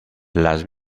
las